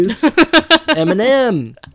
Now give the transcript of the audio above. Eminem